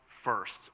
first